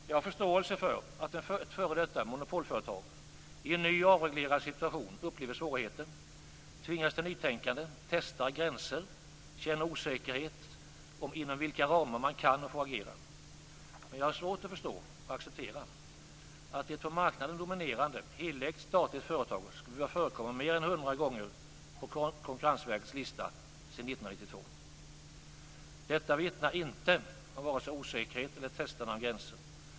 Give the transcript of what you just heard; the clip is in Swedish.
Jag har förståelse för att ett f.d. monopolföretag i en ny avreglerad situation upplever svårigheter, tvingas till nytänkande, testar gränser och känner osäkerhet i fråga om vilka ramar man kan och får agera inom. Men jag har svårt att förstå och acceptera att ett på marknaden dominerande, statligt helägt företag skall behöva förekomma mer än 100 gånger på Konkurrensverkets lista sedan 1992. Detta vittnar inte om vare sig osäkerhet eller testande av gränser.